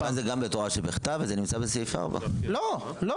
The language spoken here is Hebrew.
עכשיו זה גם בתורה שבכתב וזה נמצא בסעיף 4. לא.